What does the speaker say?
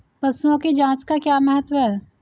पशुओं की जांच का क्या महत्व है?